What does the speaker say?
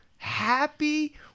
Happy